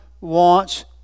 wants